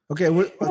Okay